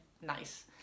nice